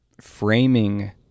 framing